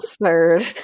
Absurd